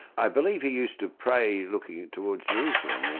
i believe he used to pray looking towards jerusalem.